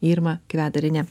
irma kvedariene